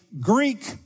Greek